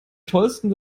tollsten